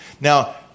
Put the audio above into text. now